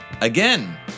again